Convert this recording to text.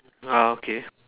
uh okay